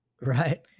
Right